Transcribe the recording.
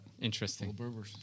Interesting